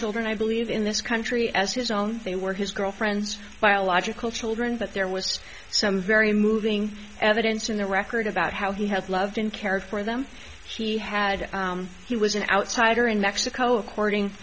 children i believe in this country as his own they were his girlfriend's biological children but there was some very moving evidence in the record about how he had loved and cared for them he had he was an outsider in mexico according